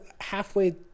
halfway